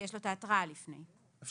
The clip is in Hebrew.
כי יש כן לפני כן את ההתראה.